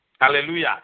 Hallelujah